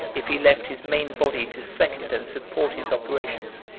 if he left his main body to second and support his operations,